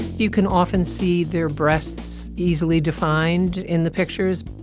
you can often see their breasts easily defined in the pictures.